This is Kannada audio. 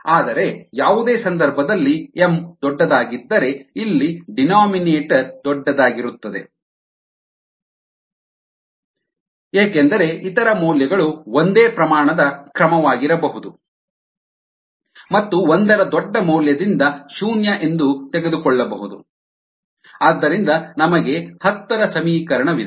ಆದರೆ ಯಾವುದೇ ಸಂದರ್ಭದಲ್ಲಿ m ದೊಡ್ಡದಾಗಿದ್ದರೆ ಇಲ್ಲಿ ಡೀನೋಮಿನೇಟರ್ ದೊಡ್ಡದಾಗಿರುತ್ತದೆ ಏಕೆಂದರೆ ಇತರ ಮೌಲ್ಯಗಳು ಒಂದೇ ಪ್ರಮಾಣದ ಕ್ರಮವಾಗಿರಬಹುದು ಮತ್ತು ಒಂದರ ದೊಡ್ಡ ಮೌಲ್ಯದಿಂದ ಶೂನ್ಯ ಎಂದು ತೆಗೆದುಕೊಳ್ಳಬಹುದು ಆದ್ದರಿಂದ ನಮಗೆ ಹತ್ತರ ಸಮೀಕರಣವಿದೆ